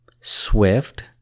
Swift